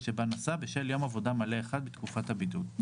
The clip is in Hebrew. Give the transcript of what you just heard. שבה נשא בשל יום עבודה מלא אחד בתקופת הבידוד.".